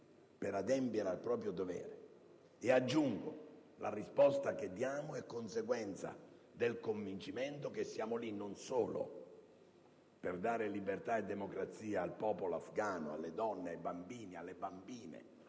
per adempiere al proprio dovere. E aggiungo: la risposta che diamo è conseguenza del convincimento che siamo lì non solo per dare libertà e democrazia al popolo afgano, alle donne, ai bambini e alle bambine